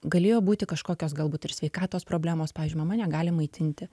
galėjo būti kažkokios galbūt ir sveikatos problemos pavyžiui negali maitinti